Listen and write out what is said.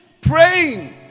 Praying